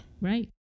right